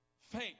Faith